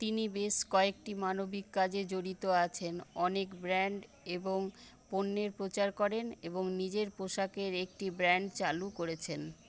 তিনি বেশ কয়েকটি মানবিক কাজে জড়িত আছেন অনেক ব্র্যান্ড এবং পণ্যের প্রচার করেন এবং নিজের পোশাকের একটি ব্র্যান্ড চালু করেছেন